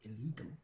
illegal